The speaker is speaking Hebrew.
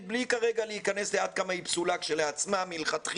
- בלי להיכנס כרגע עד כמה היא פסולה כשלעצמה מלכתחילה